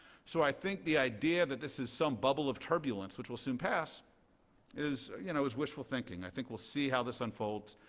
so i think the idea that this is some bubble of turbulence which will soon pass is you know is wishful thinking. i think we'll see how this unfolds,